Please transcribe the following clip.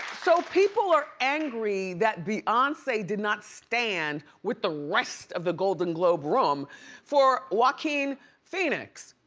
so people are angry that beyonce did not stand with the rest of the golden globe room for joaquin phoenix,